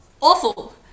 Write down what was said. awful